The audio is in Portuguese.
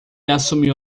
assumiu